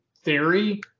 Theory